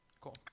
Cool